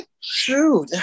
Shoot